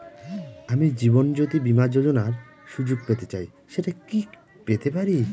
আমি জীবনয্যোতি বীমা যোযোনার সুযোগ পেতে চাই সেটা কি পেতে পারি?